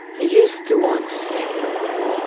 used to want to save the world,